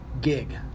gig